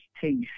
taste